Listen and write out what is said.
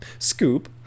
scoop